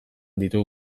ditu